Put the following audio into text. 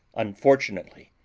unfortunately,